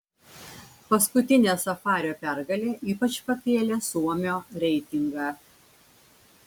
paskutinė safario pergalė ypač pakėlė suomio reitingą